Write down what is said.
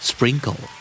Sprinkle